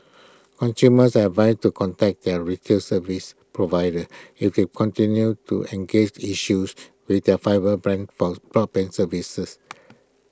consumers are advised to contact their retail service providers if they continue to engage issues with their fibre brand services